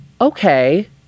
okay